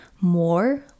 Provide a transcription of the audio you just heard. more